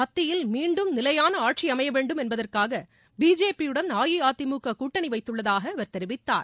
மத்தியில் மீண்டும் நிலையான ஆட்சி அமைய வேண்டும் என்பதற்காக பிஜேபியுடன் அஇஅதிமுக கூட்டணி வைத்துள்ளதாக அவர் தெரிவித்தார்